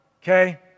Okay